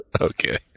Okay